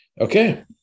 Okay